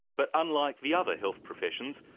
but unlike the other health professions,